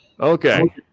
Okay